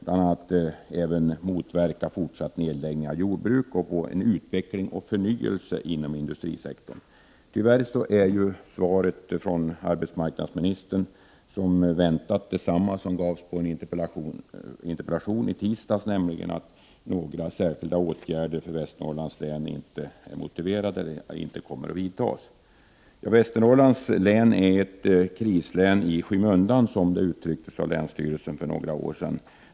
Man måste även motverka fortsatta nedläggningar inom jordbruket och få en utveckling och förnyelse inom industrisektorn. Tyvärr är arbetsmarknadsministerns svar, som väntat, detsamma som svaret på en interpellation i tisdags, nämligen att några särskilda åtgärder för Västernorrland inte är motiverade och inte kommer att vidtas. Västernorrlands län är ett krislän i skymundan, som länsstyrelsen i Västernorrland uttryckte det för några år sedan.